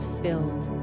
filled